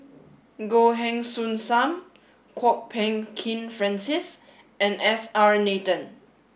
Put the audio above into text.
Goh Heng Soon Sam Kwok Peng Kin Francis and S R Nathan